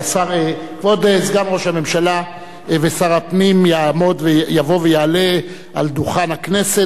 כבוד סגן ראש הממשלה ושר הפנים יבוא ויעלה על דוכן הכנסת